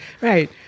Right